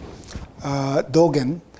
Dogen